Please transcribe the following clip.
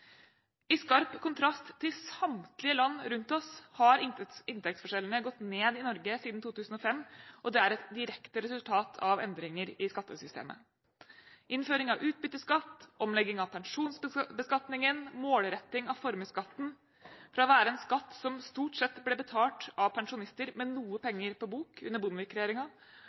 I skarp kontrast til samtlige land rundt oss har inntektsforskjellene gått ned i Norge siden 2005, og det er et direkte resultat av endringer i skattesystemet. Med innføring av utbytteskatt, omlegging av pensjonsbeskatningen og målretting av formuesskatten fra å være en skatt som stort sett ble betalt av pensjonister med noe penger på bok, under